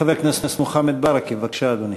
חבר הכנסת מוחמד ברכה, בבקשה, אדוני.